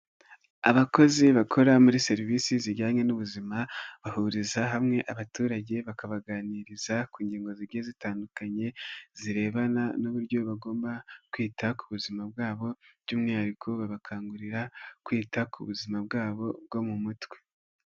Abakozi bakora muri serivisi zijyanye n'ubuzima, bahuriza hamwe abaturage, bakabaganiriza ku ngingo zigiye zitandukanye, zirebana n'uburyo bagomba kwita ku buzima bwabo by'umwihariko, bagakangurira kwita ku buzima bwabo bwo mu mutwe.